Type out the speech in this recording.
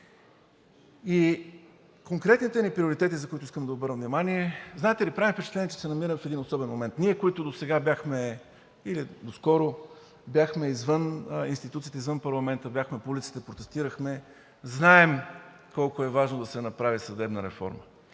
Конкретните ни приоритети, на които искам да обърна внимание. Знаете ли, че ми прави впечатление, че се намираме в един особен момент? Ние, които доскоро бяхме извън институциите, извън парламента, бяхме по улиците, протестирахме, знаем колко е важно да се направи съдебна реформа,